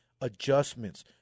Adjustments